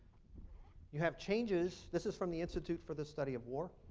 you have changes this is from the institute for the study of war.